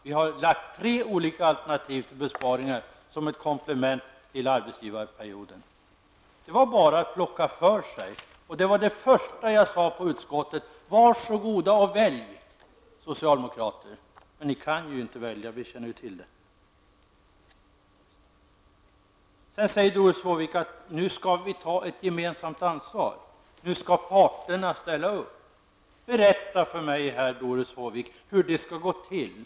Vi har lagt fram tre olika förslag till besparingar som komplement till arbetsgivarperioden i sjukförsäkringen. Det var bara för er att ta för sig. Det första jag sade i utskottet var: Var så goda och välj socialdemokrater. Men ni kan ju inte välja, och det känner vi alla till. Doris Håvik säger att vi skall ta ett gemensamt ansvar och att parterna måste ställa upp. Berätta för mig, Doris Håvik, hur det skall gå till.